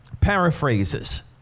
paraphrases